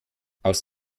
aus